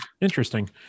Interesting